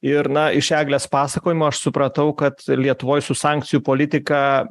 ir na iš eglės pasakojimo aš supratau kad lietuvoj su sankcijų politika